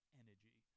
energy